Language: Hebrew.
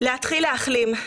להתחיל להחלים.